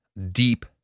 Deep